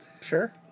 Sure